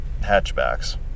hatchbacks